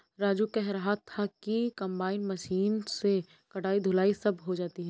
राजू कह रहा था कि कंबाइन मशीन से कटाई धुलाई सब हो जाती है